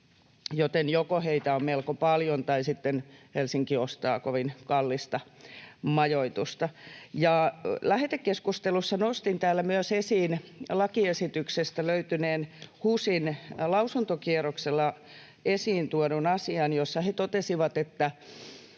joten joko heitä on melko paljon tai sitten Helsinki ostaa kovin kallista majoitusta. Lähetekeskustelussa nostin täällä esiin myös lakiesityksestä löytyneen HUSin lausuntokierroksella esiin tuodun asian: he totesivat, että